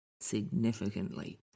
significantly